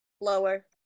Lower